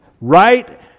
right